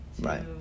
Right